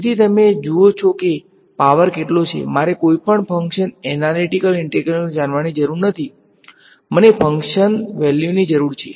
તેથી તમે જુઓ છો કે પાવર કેટલો છે મારે કોઈપણ ફંકશન એનાલીટીકલ ઈંટેગ્રલ જાણવાની જરૂર નથી મને ફંક્શન વેલ્યુની જરૂર છે